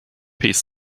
piece